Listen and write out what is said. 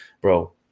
Bro